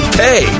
pay